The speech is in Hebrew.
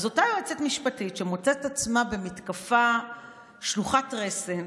אז אותה יועצת משפטית מוצאת את עצמה במתקפה שלוחת רסן,